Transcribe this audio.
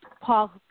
Paul